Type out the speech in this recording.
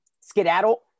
skedaddle